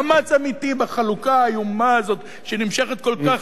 מאמץ אמיתי בחלוקה האיומה הזאת שנמשכת כל כך הרבה זמן.